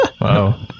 Wow